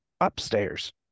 upstairs